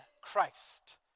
Christ